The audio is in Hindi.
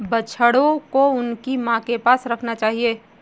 बछड़ों को उनकी मां के पास रखना चाहिए